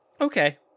Okay